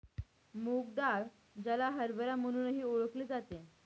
मूग डाळ, ज्याला हरभरा म्हणूनही ओळखले जाते